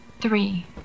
three